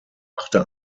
machte